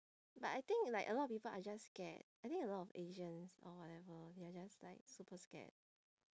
but I think like a lot of people are just scared I think a lot of asians or whatever they are just like super scared